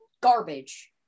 garbage